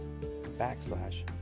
backslash